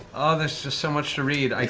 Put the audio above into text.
ah there's just so much to read. like